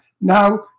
Now